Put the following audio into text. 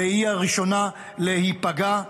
והיא הראשונה להיפגע.